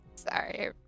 Sorry